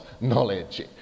knowledge